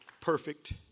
perfect